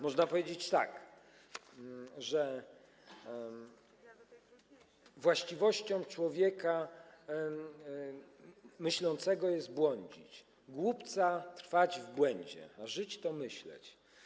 Można powiedzieć tak: właściwością człowieka myślącego jest błądzić, głupca trwać w błędzie, a żyć to myśleć.